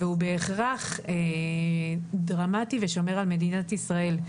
והוא בהכרח דרמטי, ושומר על מדינת ישראל.